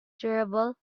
durable